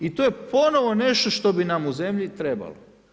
I to je ponovo nešto što bi nam u zemlji trebalo.